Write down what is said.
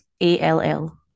A-L-L